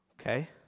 Okay